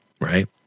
right